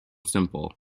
simple